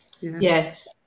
Yes